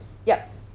yup